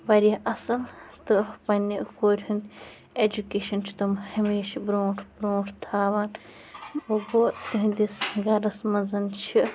وارِیاہ اَصٕل تہٕ پنٛنہِ کورِ ہُنٛد اٮ۪جُکیشن چھِ تٕم ہَمیشہٕ برٛونٛٹھ برٛونٛٹھ تھاوان گوٚو تِہنٛدس گَرس منٛز چھِ